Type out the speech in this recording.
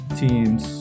teams